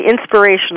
inspirational